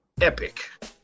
epic